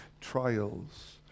trials